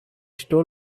stole